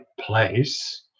place